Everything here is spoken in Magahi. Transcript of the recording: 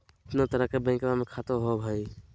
कितना तरह के बैंकवा में खाता होव हई?